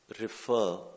refer